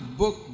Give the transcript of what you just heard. book